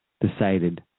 decided